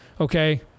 okay